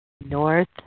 North